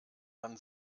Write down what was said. dann